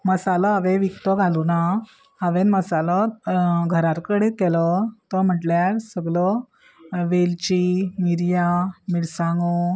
मसालो हांवें विकतो घालूना हांवें मसालो घराच केलो तो म्हणल्यार सगलो वेलची मिरयां मिरसांगो